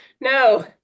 No